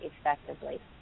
effectively